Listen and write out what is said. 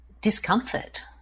discomfort